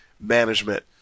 management